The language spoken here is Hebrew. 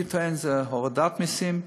אני טוען שזה הורדת מסים,